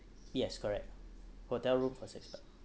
yes correct hotel room for six pax